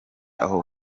aho